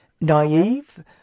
naive